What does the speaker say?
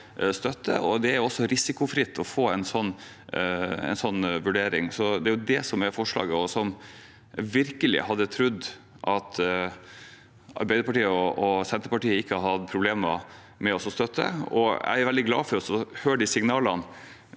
Det er også risikofritt å få en sånn vurdering. Det er forslaget, som jeg virkelig hadde trodd at Arbeiderpartiet og Senterpartiet ikke ville ha problemer med å støtte. Jeg er veldig glad for signalene